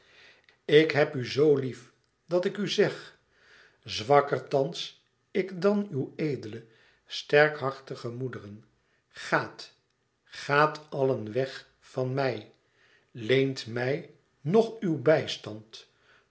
ik heb u zo lief dat ik u zeg zwakker thans ik dan uw edele sterkhartige moederen gaat gaat allen weg van mij leent mij nch uw bijstand